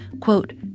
quote